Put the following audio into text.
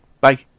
Bye